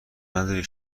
نداری